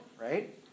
right